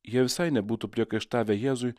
jie visai nebūtų priekaištavę jėzui